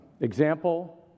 Example